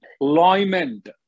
employment